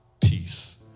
peace